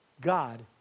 God